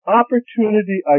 opportunity